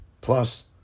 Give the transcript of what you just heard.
Plus